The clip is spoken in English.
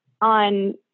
on